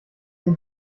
den